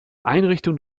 einrichtung